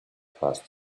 passed